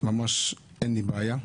אין לי בעיה.